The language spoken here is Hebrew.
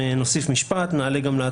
נוסיף ומשפט וגם נעלה את זה